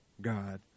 God